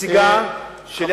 נציגה של,